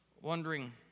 wondering